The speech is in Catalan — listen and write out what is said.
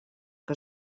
que